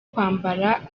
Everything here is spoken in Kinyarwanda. kwambara